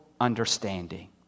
understanding